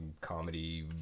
comedy